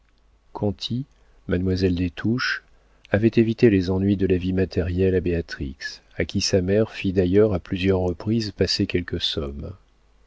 conti mademoiselle des touches avaient évité les ennuis de la vie matérielle à béatrix à qui sa mère fit d'ailleurs à plusieurs reprises passer quelques sommes